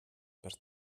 per